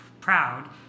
proud